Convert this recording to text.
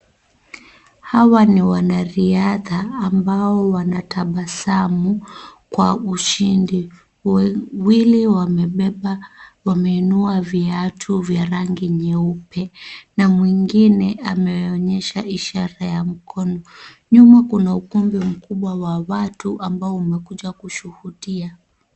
Hawa ni wanariadha ambao wanatabasamu kwa ushindi, wawili wamebeba wameinua viatu vya rangi nyeupe na mwingine ameonyesha ishara ya mkono, nyuma kuna ukumbi mkubwa wa watu ambao umekuja kushuhudia.